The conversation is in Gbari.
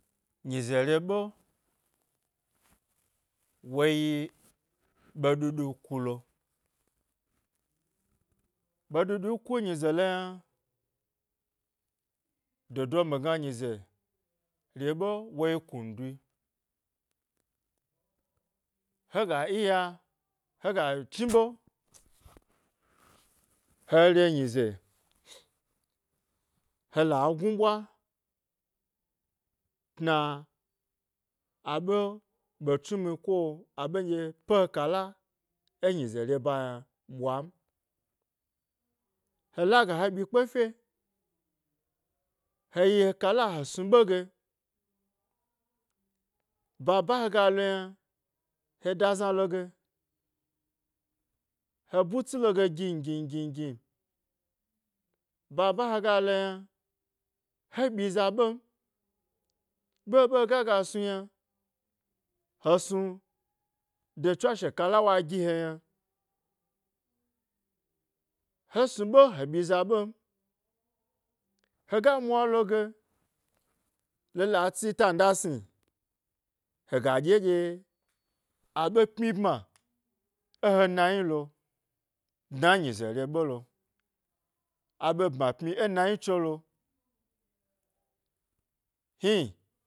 Nyize re ɓe, woyi ɓe ɗuɗu kulo, ɓe dudu ku nyize lo yna, dodomi gne nyize reɓe woyi kun duyi, hega iya hega chniɓe, he re nyize hela gni ɓwa tna aɓe, ɓe chmni ko aɓe nɗye pe he kala yna enyize re ba yna ɓwan, he laga he ɓyi igze fye he yi he kalla he snu ‘ɓe ge, baba hega lo yna, he da zna lo ge, he batsi loge gin gin gin bab a heg lo yna, he ɓyi za ɓem, ɓe ɓe hega ga snu yna, he snu, de tswashe kalla wa gi ke yna, he snu ɓe he, byiza ɓem, hega mwa loge, la tsi tanda sni hega ɗye ɗye aɓe pmyi bma, e he nayi lo dna nyize re ɓelo aɓe bma pmyi e, he nayi tsolo he